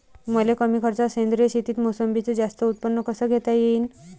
मले कमी खर्चात सेंद्रीय शेतीत मोसंबीचं जास्त उत्पन्न कस घेता येईन?